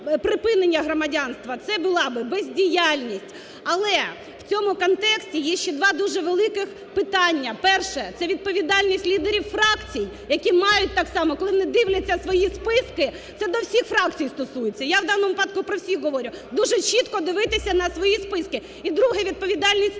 припинення громадянства, це була б бездіяльність. Але в цьому контексті є ще два дуже великих питання. Перше – це відповідальність лідерів фракцій, які мають так само, коли вони дивляться свої списки, це до всіх фракцій стосується, я у даному випадку про всіх говорю, дуже чітко дивитися на свої списки. І друге – відповідальність